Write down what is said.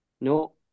No